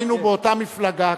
היינו באותה מפלגה,